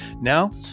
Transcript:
Now